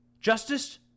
Justice